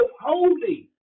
holy